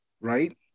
Right